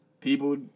People